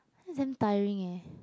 damn tiring eh